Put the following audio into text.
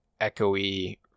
echoey